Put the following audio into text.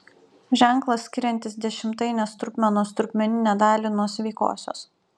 ženklas skiriantis dešimtainės trupmenos trupmeninę dalį nuo sveikosios